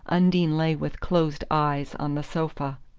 undine lay with closed eyes on the sofa.